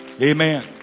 amen